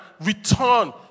return